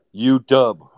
UW